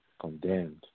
Condemned